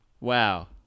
Wow